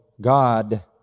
God